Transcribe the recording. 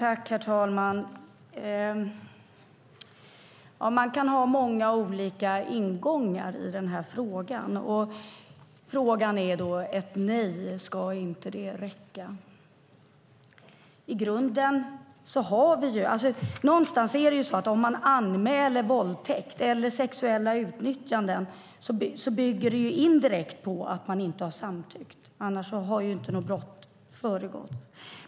Herr talman! Man kan ha många olika ingångar i den här frågan. Frågan är då om ett nej inte ska räcka. En anmälan om våldtäkt eller sexuellt utnyttjande bygger ju indirekt på att man inte har samtyckt, annars har ju inte något brott begåtts.